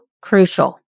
crucial